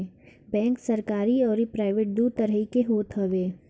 bank सरकरी अउरी private दू तरही के होत हवे